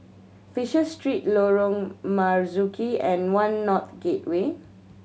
Fisher Street Lorong Marzuki and One North Gateway